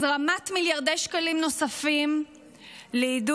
הזרמת מיליארדי שקלים נוספים לעידוד